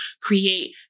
create